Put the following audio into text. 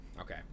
okay